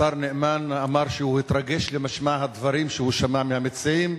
השר נאמן אמר שהוא התרגש למשמע הדברים שהוא שמע מהמציעים,